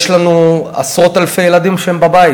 יש לנו עשרות-אלפי ילדים שהם בבית,